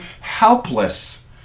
helpless